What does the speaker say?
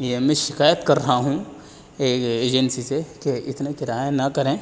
یہ میں شکایت کر رہا ہوں ایجنسی سے کہ اتنے کرایہ نہ کریں